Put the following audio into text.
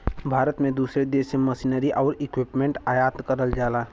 भारत में दूसरे देश से मशीनरी आउर इक्विपमेंट आयात करल जाला